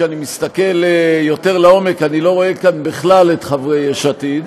כשאני מסתכל יותר לעומק אני לא רואה כאן בכלל את חברי יש עתיד,